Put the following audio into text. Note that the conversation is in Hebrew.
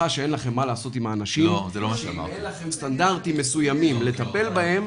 שאם אין לכם סטנדרטים מסוימים לטפל בהם,